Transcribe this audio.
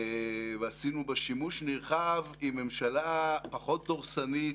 ועשינו בה שימוש נרחב עם ממשלה פחות דורסנית,